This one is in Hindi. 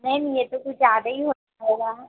मैम यह तो कुछ ज़्यादा ही होगा